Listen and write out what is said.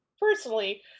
personally